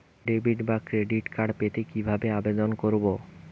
Debit বা credit card পেতে কি ভাবে আবেদন করব?